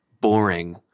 boring